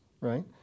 right